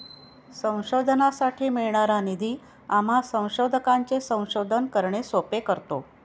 संशोधनासाठी मिळणारा निधी आम्हा संशोधकांचे संशोधन करणे सोपे करतो